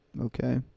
Okay